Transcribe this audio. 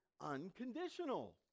unconditional